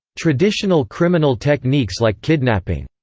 traditional criminal techniques like kidnapping,